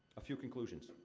a few conclusions. ah,